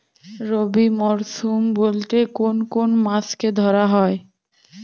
রবি মরশুম বলতে কোন কোন মাসকে ধরা হয়?